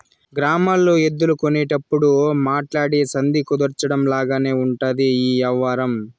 గ్రామాల్లో ఎద్దులు కొనేటప్పుడు మాట్లాడి సంధి కుదర్చడం లాగానే ఉంటది ఈ యవ్వారం